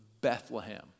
Bethlehem